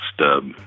stub